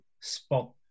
spot